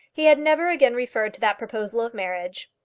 he had never again referred to that proposal of marriage.